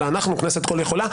אלא אנחנו כנסת כל-יכולה,